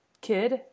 kid